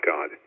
God